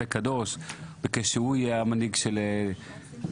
פה קדוש וביקש שהוא יהיה המנהיג של התנועה.